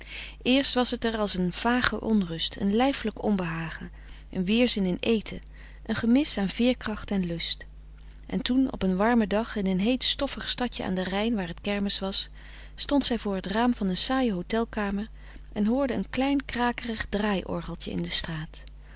eerst was het er als een vage onrust een lijfelijk onbehagen een weerzin in eten een gemis aan veerkracht en lust en toen op een warmen dag in een heet stoffig stadje aan den rijn waar het kermis was stond zij voor het raam van een saaie hotelkamer en hoorde een klein krakerig draaiorgeltje in de straat